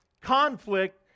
conflict